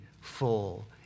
full